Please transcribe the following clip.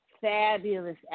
fabulous